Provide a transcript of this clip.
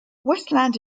westland